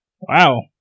Wow